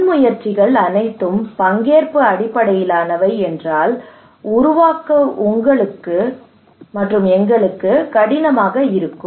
முன்முயற்சிகள் அனைத்தும் பங்கேற்பு அடிப்படையிலானவை என்றால் உருவாக்க எங்களுக்கு கடினமாக இருக்கும்